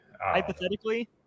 Hypothetically